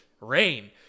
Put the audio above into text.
rain